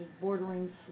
bordering